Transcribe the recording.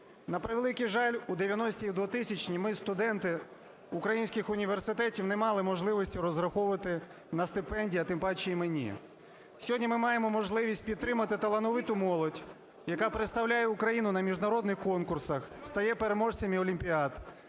На превеликий жаль, у 90-і й 2000-і ми, студенти українських університетів, не мали можливості розраховувати на стипендії, а тим паче, іменні. Сьогодні ми маємо можливість підтримати талановиту молодь, яка представляє Україну на міжнародних конкурсах, стає переможцями олімпіад,